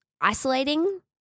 isolating